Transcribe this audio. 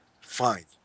fine